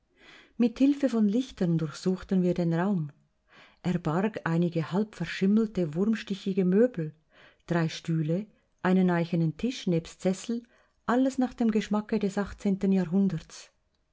mit hilfe von lichtern durchsuchten wir den raum er barg einige halbverschimmelte wurmstichige möbel drei stühle einen eichenen tisch nebst sessel alles nach dem geschmacke des jahrhunderts